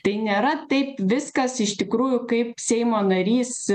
tai nėra taip viskas iš tikrųjų kaip seimo narys